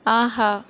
ஆஹா